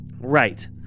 Right